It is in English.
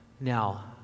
now